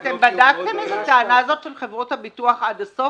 אתם בדקתם את הטענה הזו של חברות הביטוח עד הסוף?